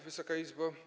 Wysoka Izbo!